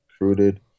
recruited